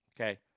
Okay